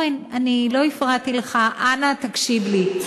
אורן, אני לא הפרעתי לך, אנא תקשיב לי.